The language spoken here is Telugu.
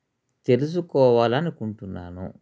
తెలుసుకోవాలి అనుకుంటున్నాను